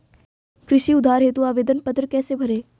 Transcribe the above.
कृषि उधार हेतु आवेदन पत्र कैसे भरें?